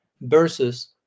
versus